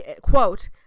quote